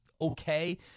okay